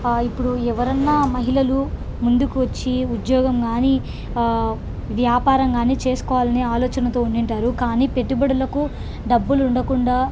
ఇప్పుడు ఎవరైనా మహిళలు ముందుకు వచ్చి ఉద్యోగం కానీ వ్యాపారం కానీ చేసుకోవాలనే ఆలోచనతో ఉండి ఉంటారు కానీ పెట్టుబడులకు డబ్బులు ఉండకుండా